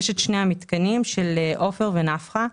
יש שני המתקנים של עופר ונפחא.